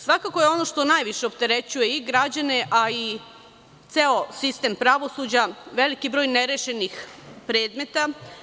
Svakako je ono što najviše opterećuje i građane, a i ceo sistem pravosuđa, veliki broj nerešenih predmeta.